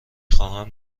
خواهم